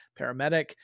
paramedic